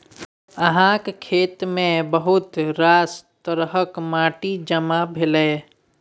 अहाँक खेतमे बहुत रास तरहक माटि जमा भेल यै